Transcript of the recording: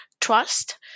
trust